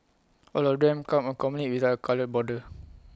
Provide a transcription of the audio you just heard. all of them come accompanied with A coloured border